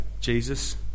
Jesus